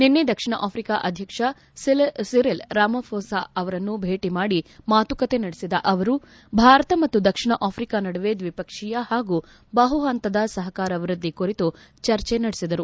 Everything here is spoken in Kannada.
ನಿನ್ನೆ ದಕ್ಷಿಣ ಆಫ್ರಿಕಾ ಅಧ್ಯಕ್ಷ ಸಿರಿಲ್ ರಾಮಾಘೋಸ ಅವರನ್ನು ಭೇಟ ಮಾಡಿ ಮಾತುಕತೆ ನಡೆಸಿದ ಅವರು ಭಾರತ ಮತ್ತು ದಕ್ಷಿಣ ಆಫ್ರಿಕಾ ನಡುವೆ ದ್ವಿಪಕ್ಷೀಯ ಪಾಗೂ ಬಹು ಪಂತದ ಸಹಕಾರ ವೃದ್ದಿ ಕುರಿತು ಚರ್ಚೆ ನಡೆಸಿದರು